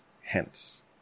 hence